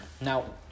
now